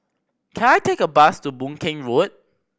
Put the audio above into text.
can I take a bus to Boon Keng Road